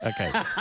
okay